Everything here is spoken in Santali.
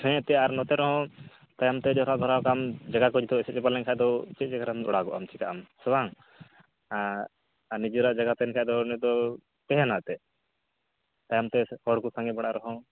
ᱦᱮᱸ ᱮᱱᱛᱮᱫ ᱟᱨ ᱱᱚᱛᱮ ᱨᱮᱦᱚᱸ ᱛᱟᱭᱚᱢ ᱛᱮ ᱟᱠᱟᱱ ᱡᱟᱭᱜᱟ ᱠᱚ ᱡᱚᱛᱚ ᱮᱥᱮᱫ ᱪᱟᱵᱟ ᱞᱮᱱᱠᱷᱟᱱ ᱫᱚ ᱪᱮᱫ ᱡᱟᱭᱜᱟ ᱨᱮᱢ ᱚᱲᱟᱜ ᱜᱚᱜᱼᱟ ᱪᱮᱠᱟᱜ ᱟᱢ ᱥᱮ ᱵᱟᱝ ᱟᱨ ᱟᱨ ᱱᱤᱡᱮᱨᱟᱜ ᱡᱟᱭᱜᱟ ᱛᱟᱦᱮᱱ ᱠᱷᱟᱱ ᱫᱚ ᱤᱱᱟᱹ ᱫᱚ ᱛᱟᱦᱮᱱᱟ ᱮᱱᱛᱮᱫ ᱛᱟᱭᱚᱢ ᱛᱮ ᱦᱚᱲ ᱠᱚ ᱥᱟᱸᱜᱮ ᱵᱟᱲᱟᱜ ᱨᱮᱦᱚᱸ